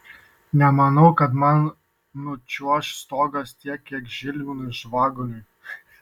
nemanau kad man nučiuoš stogas tiek kiek žilvinui žvaguliui